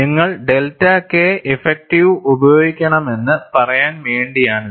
നിങ്ങൾ delta K effective ഉപയോഗിക്കണമെന്ന് പറയാൻ വേണ്ടിയാണിത്